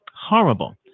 horrible